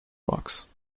box